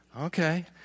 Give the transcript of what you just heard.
Okay